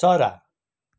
चरा